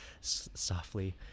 softly